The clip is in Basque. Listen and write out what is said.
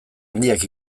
handiak